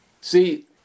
see